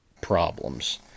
problems